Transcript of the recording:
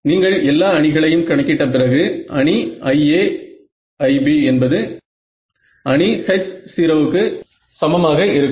நீங்கள் எல்லா அணிகளையும் கணக்கிட்ட பிறகு IA IB என்பது h 0 க்கு சமமாக இருக்கும்